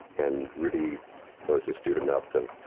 and really was astute enough to,